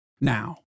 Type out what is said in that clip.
now